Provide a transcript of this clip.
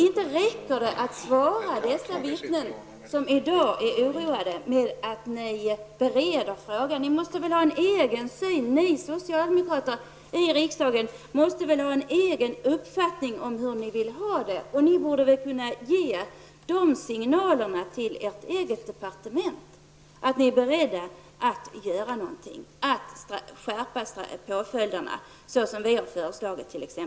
Det räcker inte med att svara dessa vittnen som i dag är oroade med att ni bereder frågorna. Ni socialdemokrater i riksdagen måste väl ha en egen syn och uppfattning om hur ni vill ha det. Ni borde ju kunna ge de signalerna till ert eget departement, att ni t.ex. är beredda att skärpa straffpåföljden.